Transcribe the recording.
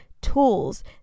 tools